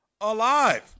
alive